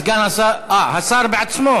סגן השר, אה, השר בעצמו.